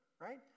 right